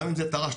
גם אם זה תר"ש,